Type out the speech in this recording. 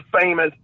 famous